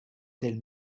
tel